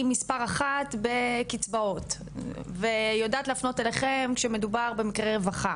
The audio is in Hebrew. מספר אחת בקצבאות ויודעת להפנות אליכם כשמדובר במקרה רווחה